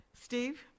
Steve